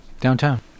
Downtown